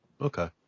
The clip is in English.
Okay